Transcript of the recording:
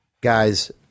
guys